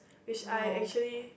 which I actually